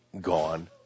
gone